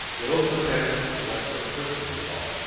it also depends on what sort of person you are.